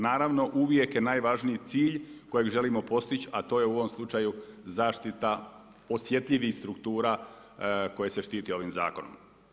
Naravno, uvijek je najvažniji cilj kojeg želimo postići a to je u ovom slučaju zaštita osjetljivih struktura koje se štiti ovim zakonom.